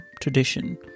tradition